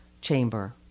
chamber